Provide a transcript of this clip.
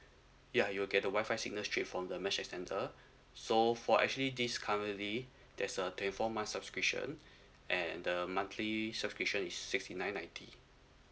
yeah you will get the Wi-Fi signal straight from the mesh extender so for actually this currently there's a twenty four months subscription and the monthly subscription is sixty nine ninety